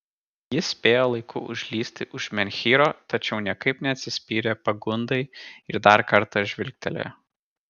jis spėjo laiku užlįsti už menhyro tačiau niekaip neatsispyrė pagundai ir dar kartą žvilgtelėjo